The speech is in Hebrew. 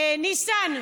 ניסן,